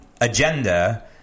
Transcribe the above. agenda